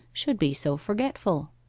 should be so forgetful